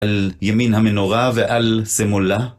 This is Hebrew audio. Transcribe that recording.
על ימין המנורה ועל שמאלה.